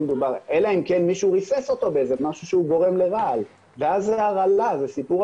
אלא אם כן מישהו ריסס אותו באיזה משהו שיש בו רעל,